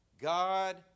God